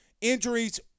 injuries